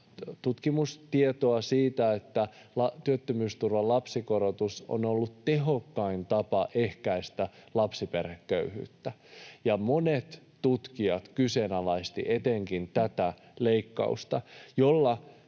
tutkimustietoa siitä, että työttömyysturvan lapsikorotus on ollut tehokkain tapa ehkäistä lapsiperheköyhyyttä, ja monet tutkijat kyseenalaistivat etenkin tätä leikkausta, jolla